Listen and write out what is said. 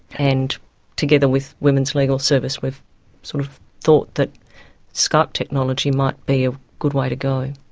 and together with women's legal service we've sort of thought that skype technology might be a good way to go.